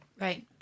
Right